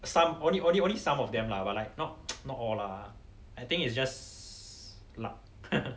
some only only only some of them lah but like not not all lah I think it's just like